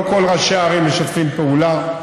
לא כל ראשי הערים משתפים פעולה.